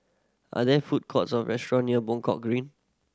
are there food courts or restaurant near Buangkok Green